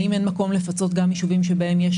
האם אין מקום לפצות גם ישובים שבהם יש